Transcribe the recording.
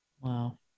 wow